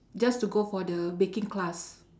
just to go for the baking class